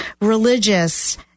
religious